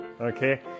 okay